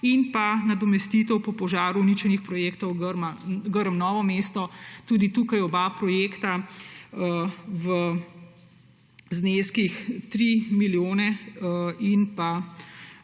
in pa nadomestitev po požaru uničenih projektov Grm Novo mesto. Tudi tukaj oba projekta v zneskih 3 milijone in